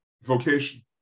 vocation